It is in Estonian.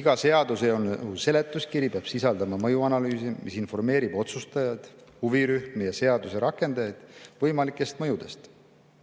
Iga seaduse seletuskiri peab sisaldama mõjuanalüüsi, mis informeerib otsustajaid, huvirühmi ja seaduse rakendajaid võimalikest mõjudest.